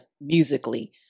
musically